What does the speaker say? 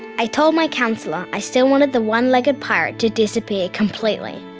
i told my counsellor i still wanted the one-legged pirate to disappear completely.